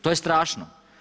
To je strašno.